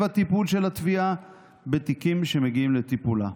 הטיפול של התביעה בתיקים שמגיעים לטיפולה.